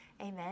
Amen